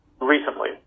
recently